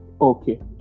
Okay